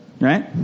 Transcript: Right